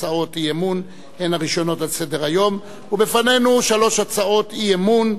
הצעת חוק בתי-דין דתיים (כפיית ציות ודרכי דיון)